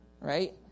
right